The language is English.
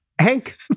Hank